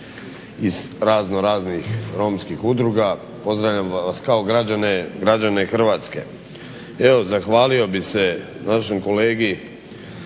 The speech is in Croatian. iz raznoraznih romskih udruga, pozdravljam vas kao građane Hrvatske. Evo zahvalio bih se našem kolegi